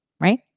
Right